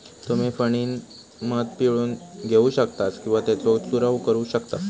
तुम्ही फणीनं मध पिळून घेऊ शकतास किंवा त्येचो चूरव करू शकतास